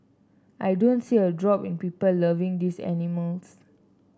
I don't see a drop in people loving these animals